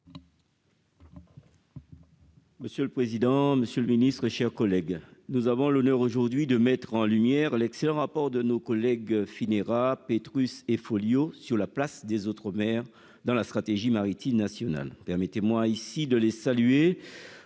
Monsieur le président, Monsieur le Ministre, chers collègues, nous avons l'honneur aujourd'hui de mettre en lumière l'excellent rapport de nos collègues finira Petrus et Folio, sur la place des autres maires dans la stratégie maritime national permettez-moi ici de les saluer